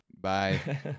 Bye